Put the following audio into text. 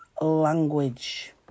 Language